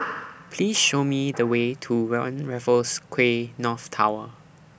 Please Show Me The Way to one Raffles Quay North Tower